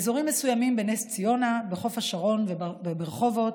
באזורים מסוימים בנס ציונה, בחוף השרון וברחובות,